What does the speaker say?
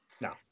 No